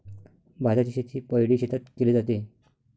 भाताची शेती पैडी शेतात केले जाते